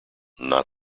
not